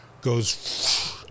goes